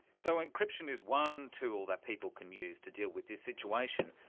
so encryption is one tool that people can use to deal with this situation,